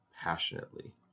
passionately